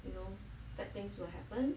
you know bad things will happen